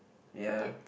ya